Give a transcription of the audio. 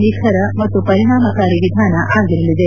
ನಿಖರ ಮತ್ತು ಪರಿಣಾಮಕಾರಿ ವಿಧಾನ ಆಗಿರಲಿದೆ